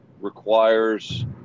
requires